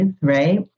right